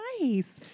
nice